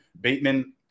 Bateman